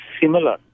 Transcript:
similar